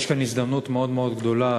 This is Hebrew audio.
יש כאן הזדמנות גדולה מאוד,